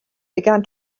began